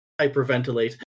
hyperventilate